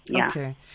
Okay